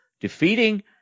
defeating